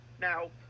Now